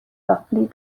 roughly